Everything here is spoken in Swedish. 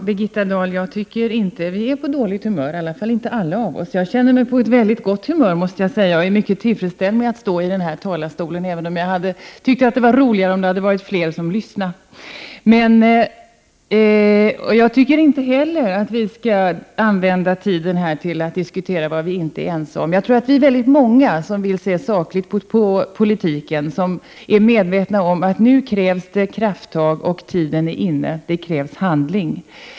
Herr talman! Jag tycker inte att vi är på dåligt humör, Birgitta Dahl, i varje fall inte alla. Jag känner mig på ett mycket gott humör, måste jag säga, och tillfredsställd med att stå i den här talarstolen även om jag hade tyckt att det hade varit roligare om det hade varit fler som lyssnat. Jag tycker inte heller att vi skall använda tiden till att diskutera vad vi inte är ense om. Jag tror att vi är väldigt många som vill se sakligt på politiken, som är medvetna om att nu krävs det ett krafttag och tiden är inne. Det krävs handling.